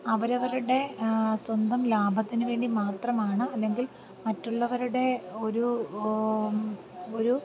അവരവരുടെ സ്വന്തം ലാഭത്തിന് വേണ്ടി മാത്രമാണ് അല്ലെങ്കിൽ മറ്റുള്ളവരുടെ ഒരു ഒരു